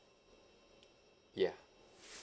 ya